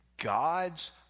God's